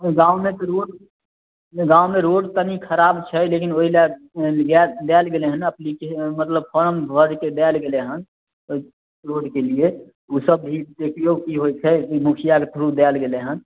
गावँमे तऽ रोड गावँमे रोड तनी खराब छै लेकिन ओहि लए देल गेलै हन अप्लीकेशन मतलब फारम भरिके देल गेलै हन ओहि रोड के लिए ओ सब भी देखिऔ की होइत छै ओ मुखिआके थ्रू देल गेलै हन